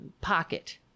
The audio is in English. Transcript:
pocket